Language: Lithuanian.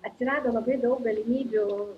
atsirado labai daug galimybių